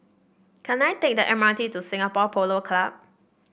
can I take the M R T to Singapore Polo Club